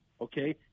okay